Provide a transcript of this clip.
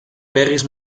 berriz